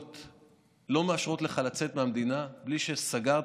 שלא מאשרות לך לצאת מהמדינה בלי שסגרת